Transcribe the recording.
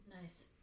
Nice